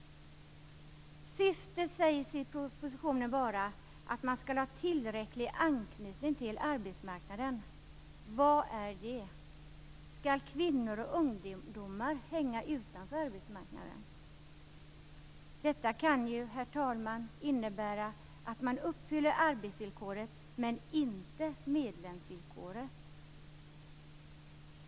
Syftet sägs i propositionen vara att man skall ha tillräcklig anknytning till arbetsmarknaden. Vad är det? Skall kvinnor och ungdomar hänga utanför arbetsmarknaden? Detta kan ju, herr talman, innebära att man uppfyller arbetsvillkoret, men inte medlemsvillkoret.